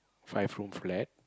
five room flat